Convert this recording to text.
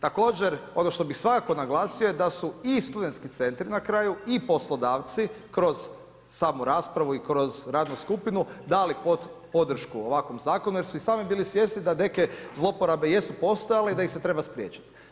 Također ono što bih svakako naglasio je da su i studentski centri na kraju i poslodavci kroz samu raspravu i kroz radnu skupinu dali podršku ovakvom zakonu jer su i sami bili svjesni da neke zlouporabe jesu postojale i da ih se treba spriječiti.